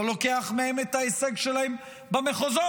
לא לוקח מהם את ההישג שלהם במחוזות,